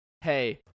hey